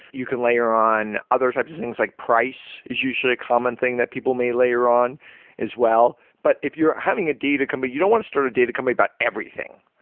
you can layer on other types of things like price, is usually common thing that people may layer on as well. but if you're having a data company, you don't want to start a data company about everything.